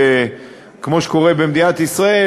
כמו שקורה במדינת ישראל,